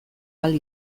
ahal